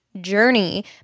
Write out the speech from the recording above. journey